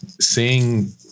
seeing